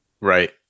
Right